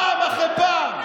פעם אחרי פעם,